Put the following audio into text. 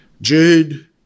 Jude